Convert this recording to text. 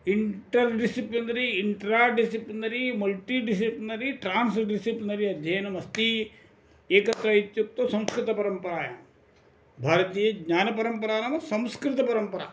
enter disciplinary intra disciplinary multi disciplinary trans disciplinary अध्ययनमस्ति एकत्र इत्युक्तौ संस्कृतपरम्परायां भारतीयज्ञानपरम्परा नाम संस्कृतपरम्परा